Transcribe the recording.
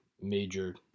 major